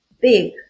big